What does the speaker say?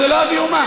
זה לא אבי אומה.